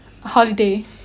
holiday